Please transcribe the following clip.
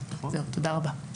תודה רבה.